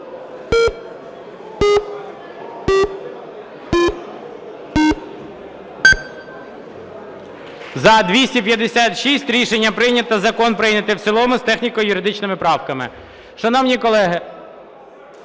За-256 Рішення прийнято. Закон прийнято в цілому з техніко-юридичними правками.